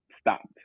stopped